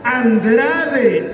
Andrade